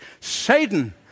Satan